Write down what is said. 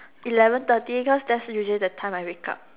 eleven thirty because that's usually the time I wake up